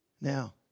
Now